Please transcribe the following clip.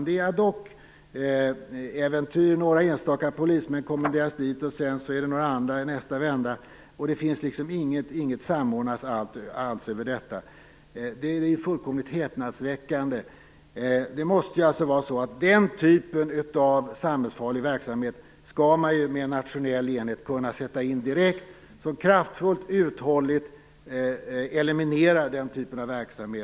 Det är ad hoc-äventyr. Några enstaka polismän kommenderas dit. Sedan är det några andra i nästa vända. Det finns inget samordnat alls över detta. Det är fullkomligt häpnadsväckande. Det måste ju vara så att man direkt skall kunna sätta en nationell enhet mot samhällsfarlig verksamhet för att kraftfullt och uthålligt eliminera den typen av verksamhet.